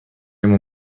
ему